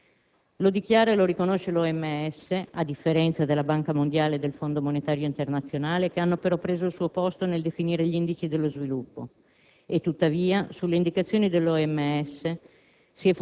La salute, in particolare, è un bene inalienabile per le donne e per gli uomini, fondamentale alle loro relazioni, ed è un investimento sul futuro del Paese. Non è un capitolo di spesa da contenere o da comprimere.